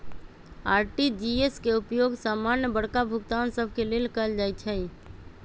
RTGS के उपयोग समान्य बड़का भुगतान सभ के लेल कएल जाइ छइ